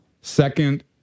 Second